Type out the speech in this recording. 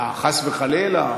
חס וחלילה.